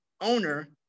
owner